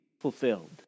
fulfilled